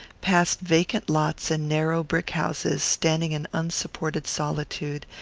past vacant lots and narrow brick houses standing in unsupported solitude,